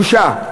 בושה.